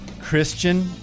Christian